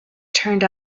turned